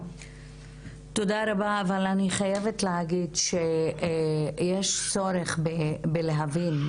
תודה רבה אבל אני חייבת להגיד שיש צורך בלהבין,